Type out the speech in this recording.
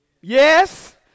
yes